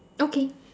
okay